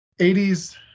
80s